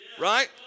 right